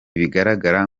bigaragara